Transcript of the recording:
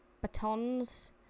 Batons